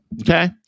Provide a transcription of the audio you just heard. okay